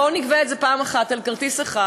בואו נגבה את זה פעם אחת על כרטיס אחד,